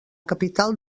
capital